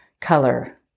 color